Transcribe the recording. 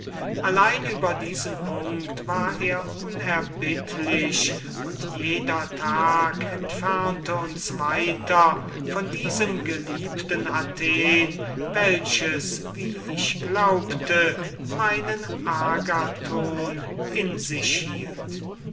allein über diesen punkt war er unerbittlich und jeder tag entfernte uns weiter von diesem geliebten athen welches wie ich glaubte meinen agathon in sich hielt